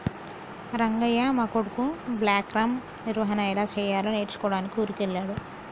రంగయ్య మా కొడుకు బ్లాక్గ్రామ్ నిర్వహన ఎలా సెయ్యాలో నేర్చుకోడానికి ఊరికి వెళ్ళాడు